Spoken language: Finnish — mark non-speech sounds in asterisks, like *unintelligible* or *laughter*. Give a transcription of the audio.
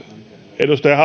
edustaja *unintelligible*